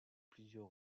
plusieurs